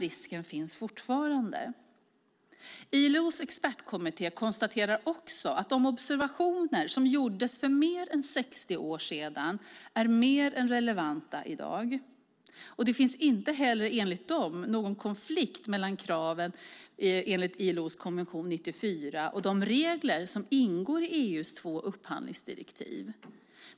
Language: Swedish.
ILO:s expertkommitté konstaterar också att de observationer som gjordes för mer än 60 år sedan är än mer relevanta i dag. Det finns inte heller enligt dem någon konflikt mellan kraven enligt ILO:s konvention 94 och de regler som ingår i EU:s två upphandlingsdirektiv.